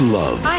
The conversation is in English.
love